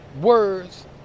words